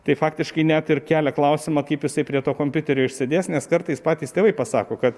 tai faktiškai net ir kelia klausimą kaip jisai prie to kompiuterio išsėdės nes kartais patys tėvai pasako kad